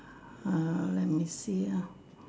ah let me see ah